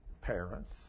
parents